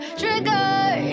trigger